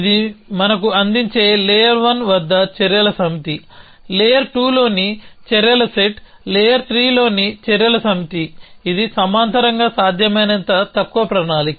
ఇది మనకు అందించేది లేయర్1 వద్ద చర్యల సమితి లేయర్ 2లోని చర్యల సెట్ లేయర్3లోని చర్యల సమితి ఇది సమాంతరంగా సాధ్యమైనంత తక్కువ ప్రణాళిక